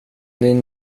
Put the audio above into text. din